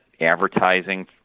advertising